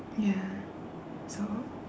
ya so